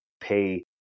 pay